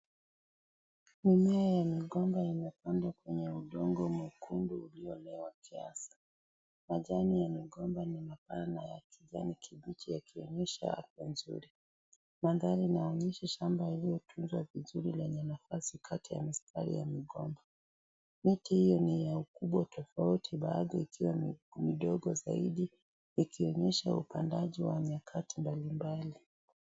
Mimea ya migomba imepandwa kwenye udongo mwekundu uliolowa kiasi. Majani ya migomba ni mapana ya kijani kibichi yakionyesha picha nzuri. Mandhari inaonyesha shamba iliyotunzwa vizuri na yenye nafasi kati ya mistari ya migomba. Miti hii ni ya ukubwa tofauti baadhi yakiwa na udogo zaidi ikionyesha upandaji wa nyakati mbalimbali.